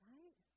Right